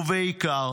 ובעיקר